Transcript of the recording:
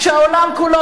כשהעולם כולו,